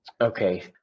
okay